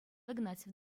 игнатьев